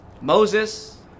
Moses